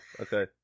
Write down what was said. okay